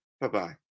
Bye-bye